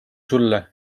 sulle